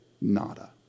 nada